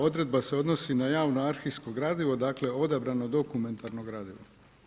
Odredba se odnosi na javno arhivsko gradivo, dakle odabrano dokumentarno gradivo.